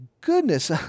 goodness